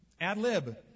ad-lib